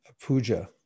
puja